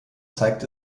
zeigt